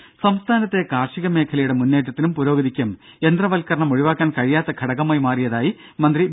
ദേദ സംസ്ഥാനത്തെ കാർഷിക മേഖലയുടെ മുന്നേറ്റത്തിനും പുരോഗതിക്കും യന്ത്രവൽക്കരണം ഒഴിവാക്കാൻ കഴിയാത്ത ഘടകമായി മാറിയതായി മന്ത്രി വി